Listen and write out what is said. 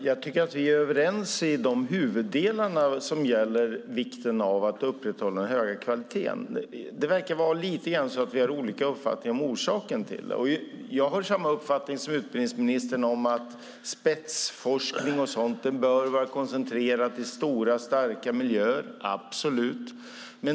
Fru talman! Vi är överens i huvuddelarna som gäller vikten av att upprätthålla hög kvalitet. Vi har dock lite olika uppfattning om orsakerna. Jag delar utbildningsministerns uppfattning att spetsforskning bör vara koncentrerad till stora starka miljöer.